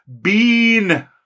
Bean